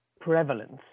prevalence